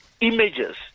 images